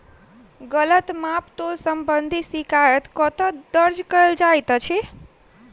गलत माप तोल संबंधी शिकायत कतह दर्ज कैल जाइत अछि?